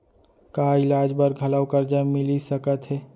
का इलाज बर घलव करजा मिलिस सकत हे?